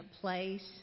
place